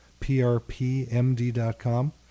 prpmd.com